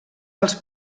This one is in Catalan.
dels